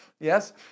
Yes